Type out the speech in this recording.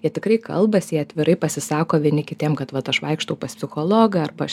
jie tikrai kalbasi jie atvirai pasisako vieni kitiem kad vat aš vaikštau pas psichologą arba aš